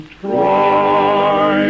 try